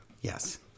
Yes